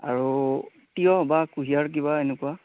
আৰু তিঁয়হ বা কুঁহিয়াৰ কিবা এনেকুৱা